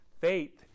Faith